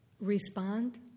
respond